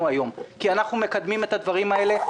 היום כי אנחנו מקדמים את הדברים האלה.